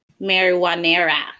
marijuana